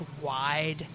wide